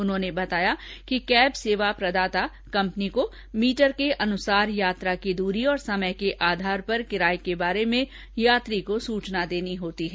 उन्होंने बताया कि कैब सेवा प्रदाता कंपनी को मीटर के अनुसारयात्रा की दूरी और समय के आधार पर किराए के बारे में यात्री को सूचना देनी होती है